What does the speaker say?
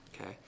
Okay